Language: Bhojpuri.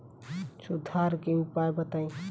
सुधार के उपाय बताई?